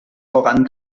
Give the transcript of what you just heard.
voran